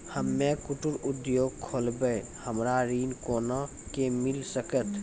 हम्मे कुटीर उद्योग खोलबै हमरा ऋण कोना के मिल सकत?